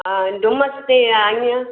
हा डुमस ते आईं आहियां